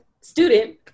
student